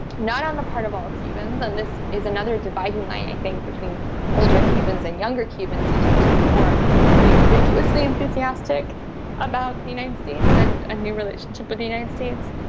not on the part of all cubans, and this is another dividing line i think between older cubans and younger cubans who tend to be more unambiguously enthusiastic about the united states and a new relationship with the united states.